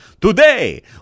Today